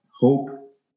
hope